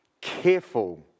careful